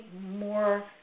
more